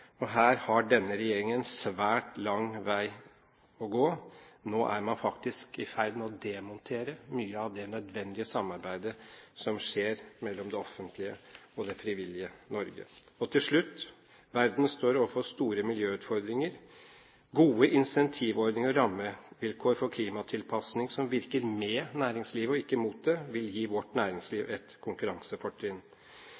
og her har denne regjeringen en svært lang vei å gå. Nå er man faktisk i ferd med å demontere mye av det nødvendige samarbeidet som skjer mellom det offentlige og det frivillige Norge. Til slutt: Verden står overfor store miljøutfordringer. Gode incentivordninger og rammevilkår for klimatilpasning som virker med næringslivet og ikke mot det, vil gi vårt